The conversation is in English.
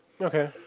okay